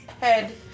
head